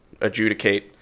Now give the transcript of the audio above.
adjudicate